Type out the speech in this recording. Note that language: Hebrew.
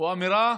הוא אמירה: